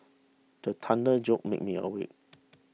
the thunder jolt me awake